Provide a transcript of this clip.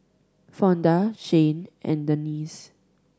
Fonda Zhane and Denese